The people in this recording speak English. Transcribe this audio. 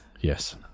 Yes